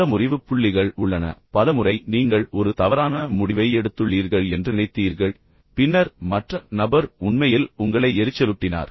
பல முறிவு புள்ளிகள் உள்ளன பல முறை நீங்கள் ஒரு தவறான முடிவை எடுத்துள்ளீர்கள் என்று நினைத்தீர்கள் பின்னர் மற்ற நபர் உண்மையில் உங்களை எரிச்சலூட்டினார்